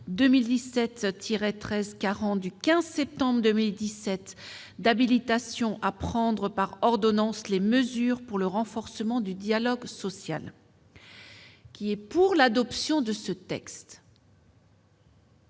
2017-1340 du 15 septembre 2017 d'habilitation à prendre par ordonnances les mesures pour le renforcement du dialogue social. La parole est